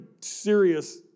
serious